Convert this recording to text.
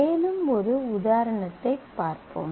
மேலும் ஒரு உதாரணத்தைப் பார்ப்போம்